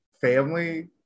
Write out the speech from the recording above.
family